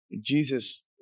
Jesus